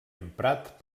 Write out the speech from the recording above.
emprat